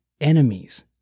enemies